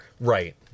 Right